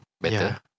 better